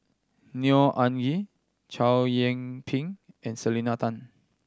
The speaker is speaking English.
Neo Anngee Chow Yian Ping and Selena Tan